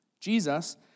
Jesus